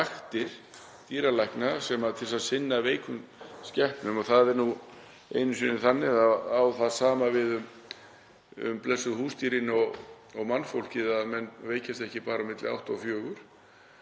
dýralækna til þess að sinna veikum skepnum. Það er nú einu sinni þannig að það á sama við um blessuðu húsdýrin og mannfólkið, þau veikjast ekki bara milli átta og fjögur,